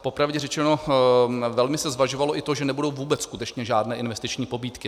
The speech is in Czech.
Po pravdě řečeno, velmi se zvažovalo i to, že nebudou vůbec skutečně žádné investiční pobídky.